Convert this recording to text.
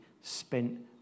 spent